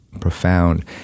profound